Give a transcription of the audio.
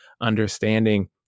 understanding